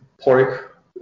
pork